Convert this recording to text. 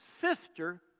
sister